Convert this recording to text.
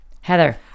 heather